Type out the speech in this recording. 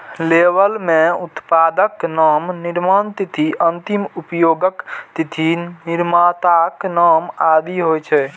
label मे उत्पादक नाम, निर्माण तिथि, अंतिम उपयोगक तिथि, निर्माताक नाम आदि होइ छै